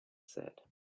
said